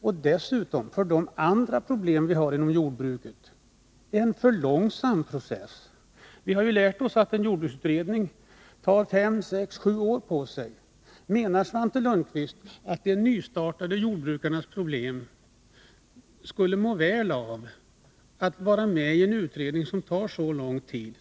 Med tanke på de problem vi har inom jordbruket är en utredning en för långsam process. Vi har ju lärt oss att en jordbruksutredning tar fem, sex eller sju år på sig. Menar Svante Lundkvist att de nystartade jordbrukens problem skulle må väl av att vara med i en utredning som tar så lång tid?